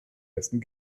dessen